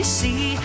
see